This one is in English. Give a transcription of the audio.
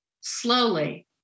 slowly